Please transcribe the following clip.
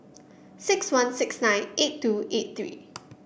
six one six nine eight two eight three